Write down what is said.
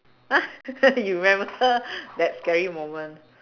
!huh! you remember that scary moment